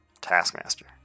Taskmaster